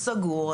סגור,